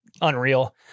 unreal